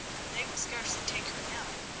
for they will scarcely take her now,